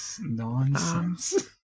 nonsense